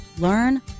Learn